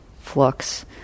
flux